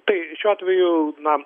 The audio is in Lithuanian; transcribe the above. tai šiuo atveju na